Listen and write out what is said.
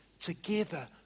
together